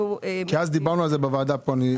דיברנו על זה בוועדה כאן.